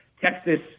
Texas